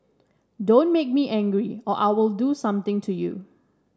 don't make me angry or I'll do something to you